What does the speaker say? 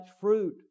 fruit